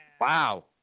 Wow